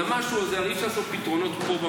על המשהו הזה הרי אי-אפשר לעשות פתרונות פה,